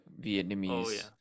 Vietnamese